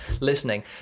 listening